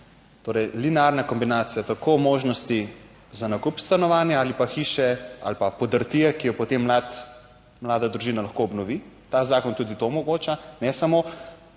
torej linearna kombinacija tako možnosti za nakup stanovanja ali pa hiše ali pa podrtije, ki jo potem mlad, mlada družina lahko obnovi. Ta zakon tudi to omogoča. Ne samo